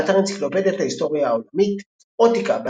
באתר אנציקלופדיית ההיסטוריה העולמית אוטיקה,